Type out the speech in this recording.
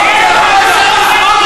תוציא אותו.